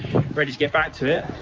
ready to get back to it,